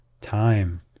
time